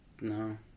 No